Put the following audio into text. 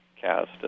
cast